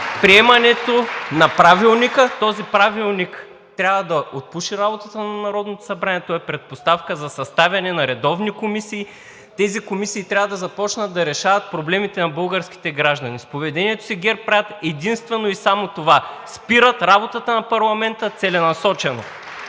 приемането на Правилника. Този правилник трябва да отпуши работата на Народното събрание. Той е предпоставка за съставяне на редовни комисии. Тези комисии трябва да започнат да решават проблемите на българските граждани. С поведението си ГЕРБ правят единствено и само това – спират целенасочено